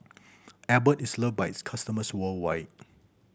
Abbott is loved by its customers worldwide